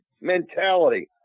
mentality